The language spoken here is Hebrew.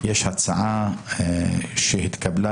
יש הצעה שהתקבלה,